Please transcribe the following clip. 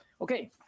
Okay